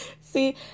See